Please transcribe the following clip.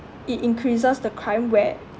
it increases the crime where